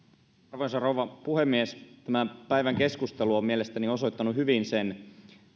arvoisa rouva puhemies tämän päivän keskustelu on mielestäni osoittanut hyvin sen